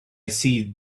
see